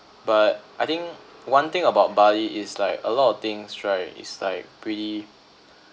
but I think one thing about bali is like a lot of things right is like pretty